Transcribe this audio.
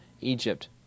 Egypt